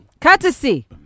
courtesy